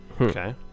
Okay